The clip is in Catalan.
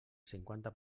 cinquanta